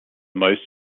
most